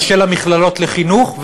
ושל המכללות לחינוך,